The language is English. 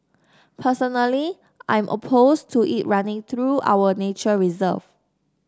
personally I'm opposed to it running through our nature reserve